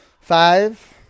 Five